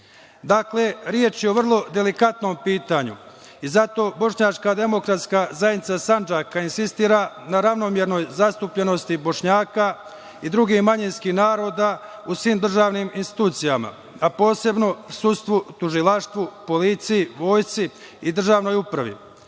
većine. Dakle, reč je o vrlo delikatnom pitanju i zato Bošnjačka demokratska zajednica Sandžaka insistira na ravnomernoj zastupljenosti Bošnjaka i drugih manjinskih naroda u svim državnim institucijama, a posebno sudstvu, tužilaštvu, policiji, vojsci i državnoj upravi.